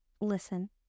listen